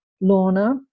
Lorna